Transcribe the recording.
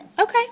Okay